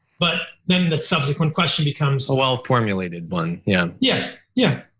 but then the subsequent question becomes a well formulated one, yeah. yes. yeah.